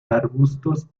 arbustos